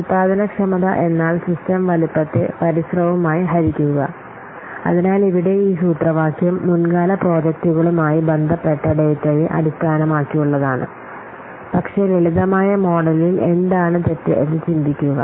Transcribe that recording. ഉൽപാദനക്ഷമത സിസ്റ്റം വലുപ്പം പരിശ്രമം അതിനാൽ ഇവിടെ ഈ സൂത്രവാക്യം മുൻകാല പ്രോജക്റ്റുകളുമായി ബന്ധപ്പെട്ട ഡാറ്റയെ അടിസ്ഥാനമാക്കിയുള്ളതാണ് പക്ഷേ ലളിതമായ മോഡലിൽ എന്താണ് തെറ്റ് എന്ന് ചിന്തിക്കുക